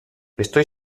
estoy